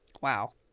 Wow